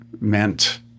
meant